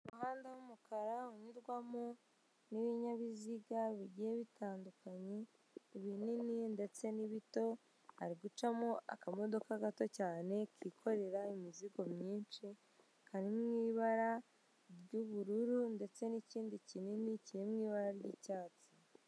Umuhanda w'umukara unyurwamo n'binyabiziga bigiye bitandukanye, ibinini n'ibiti. Hari gucamo akamodoka gato cyane kikorera imizigo myinshi. Kari mu ibara ry'ubururu ndetse n'ikindi kinini kiri mu ibara ry'icyatsi.